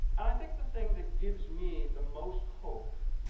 and i think the thing that gives me the most hope,